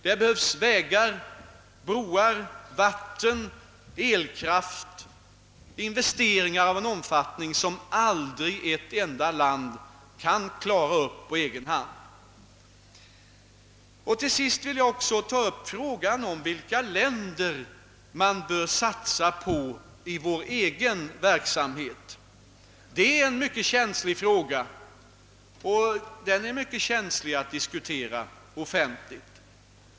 Där behövs vägar, broar, vatten, elkraft; investeringar av en omfattning som aldrig ett enda land kan klara upp på egen hand. Till sist vill jag också ta upp frågan om vilka länder man bör satsa på i vår egen verksamhet. Det är en mycket känslig fråga, och det är ömtåligt att diskutera den offentligt.